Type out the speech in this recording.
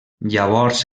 llavors